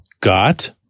got